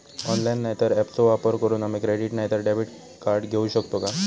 Online नाय तर ऍपचो वापर करून आम्ही क्रेडिट नाय तर डेबिट कार्ड घेऊ शकतो का?